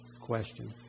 question